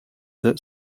that